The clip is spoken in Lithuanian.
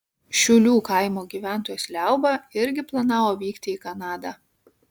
šiulių kaimo gyventojas liauba irgi planavo vykti į kanadą